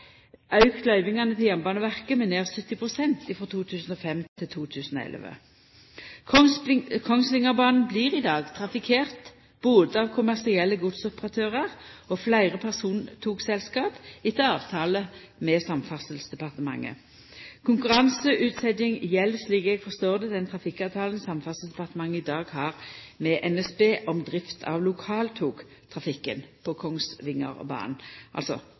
auka løyvingane til Jernbaneverket med nær 70 pst. frå 2005 til 2011. Kongsvingerbanen blir i dag trafikkert både av kommersielle godsoperatørar og fleire persontogselskap etter avtale med Samferdselsdepartementet. Konkurranseutsetjing gjeld, slik eg skjønar det, den trafikkavtalen Samferdselsdepartementet i dag har med NSB om drift av lokaltogtrafikken på Kongsvingerbanen – altså